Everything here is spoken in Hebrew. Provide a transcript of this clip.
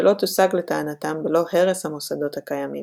שלא תושג לטענתם בלא הרס המוסדות הקיימים.